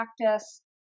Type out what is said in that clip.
practice